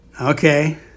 Okay